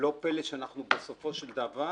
לא פלא שבסופו של דבר